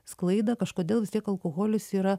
sklaidą kažkodėl vis tiek alkoholis yra